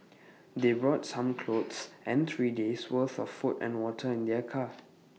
they brought some clothes and three days worth of food and water in their car